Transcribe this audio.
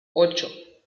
ocho